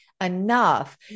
enough